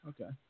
okay